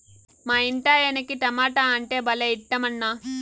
మా ఇంటాయనకి టమోటా అంటే భలే ఇట్టమన్నా